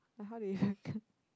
like how they